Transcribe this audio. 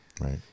Right